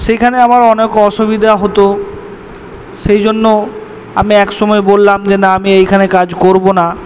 সেখানে আমার অনেক অসুবিধা হতো সেইজন্য একসময় আমি বললাম না আমি এইখানে কাজ করবো না